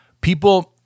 people